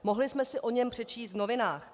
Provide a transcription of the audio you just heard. Mohli jsme si o něm přečíst v novinách.